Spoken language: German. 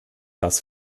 das